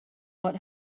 what